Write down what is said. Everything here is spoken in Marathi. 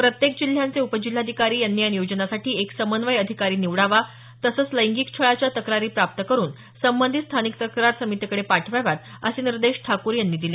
प्रत्येक जिल्ह्यांचे उपजिल्हाधिकारी यांनी या नियोजनासाठी एक समन्वय अधिकारी निवडावा तसंच लैंगिक छळाच्या तक्रारी प्राप्त करुन संबंधित स्थानिक तक्रार समितीकडे पाठवाव्यात असे निर्देश ठाकूर यांनी दिले